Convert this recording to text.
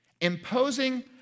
imposing